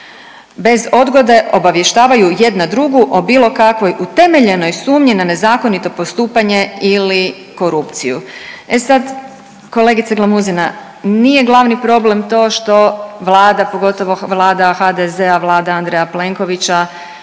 bez odgode obavještavaju jedna drugu o bilo kakvoj utemeljenoj sumnji na nezakonito postupanje ili korupciju“. E sad, kolegice Glamuzina nije glavni problem to što Vlada, pogotovo Vlada HDZ-a, Vlada Andreja Plenkovića